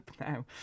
now